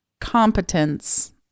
competence